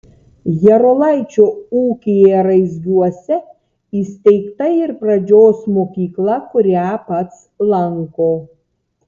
jarulaičio ūkyje raizgiuose įsteigta ir pradžios mokykla kurią pats lanko